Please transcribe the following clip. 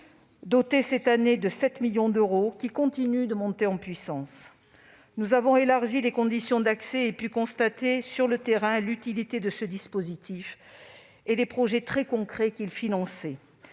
doté de 7 millions d'euros, continue de monter en puissance. Nous avons élargi ses conditions d'accès et nous avons pu constater, sur le terrain, l'utilité de ce dispositif et les projets très concrets qu'il finance.